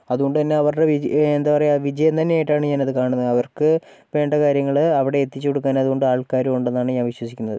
അതുകൊണ്ടു തന്നെ അവരുടെ വിജ എന്താ പറയുക വിജയം തന്നെ ആയിട്ടാണ് ഞാനത് കാണുന്നത് അവർക്ക് വേണ്ട കാര്യങ്ങള് അവിടെ എത്തിച്ചു കൊടുക്കാനതുകൊണ്ട് ആൾക്കാരും ഉണ്ടെന്നാണ് ഞാൻ വിശ്വസിക്കുന്നത്